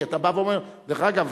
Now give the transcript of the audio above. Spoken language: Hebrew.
כי אתה בא ואומר, דרך אגב,